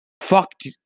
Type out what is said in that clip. fucked